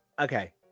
Okay